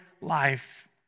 life